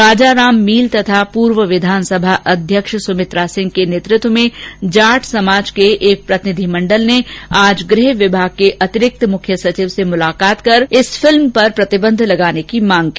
राजाराम मील तथा पूर्व विधानसभा अध्यक्ष सुमित्रा सिंह के नेतृत्व में जाट समाज के एक प्रतिनिधि मंडल ने आज गृहविभाग के अतिरिक्त मुख्य सचिव से मुलाकात कर इस फिल्म पर प्रतिबंध लगाने की मांग की